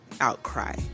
outcry